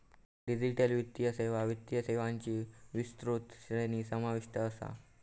digital वित्तीय सेवात वित्तीय सेवांची विस्तृत श्रेणी समाविष्ट असा